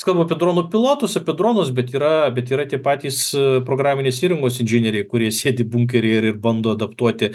skamba dronų pilotus apie dronus bet yra bet yra tie patys programinės įrangos inžinieriai kurie sėdi bunkeryje ir bando adaptuoti